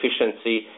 efficiency